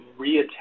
reattach